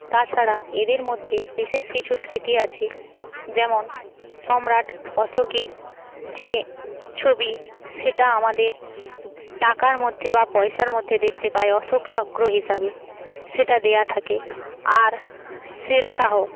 তাছাড়া এদের মধ্যে বিশেষ কিছু স্মৃতি আছে যেমন সম্রাট অশোকের যে ছবি সেটা আমাদের টাকার মধ্যে বা পয়সার মধ্যে দেখতে পাই অশোক চক্র হিসাবে সেটা দেওয়া থাকে আর শেরশাহ